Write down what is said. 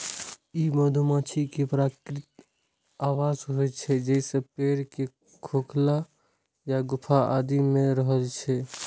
ई मधुमाछी के प्राकृतिक आवास होइ छै, जे पेड़ के खोखल या गुफा आदि मे रहै छै